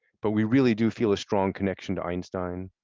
but we really do feel a strong connection to einstein,